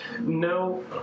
No